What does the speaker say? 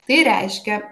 tai reiškia